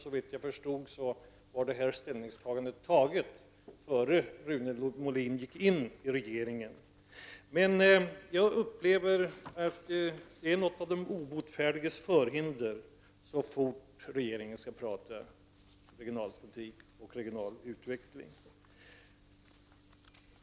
Såvitt jag förstår hade man redan gjort det här ställningstagandet innan Rune Molin gick in i regeringen. Jag upplever dock att det är något av den obotfärdiges förhinder så fort regeringen skall tala om regionalpolitik och regional utveckling.